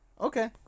Okay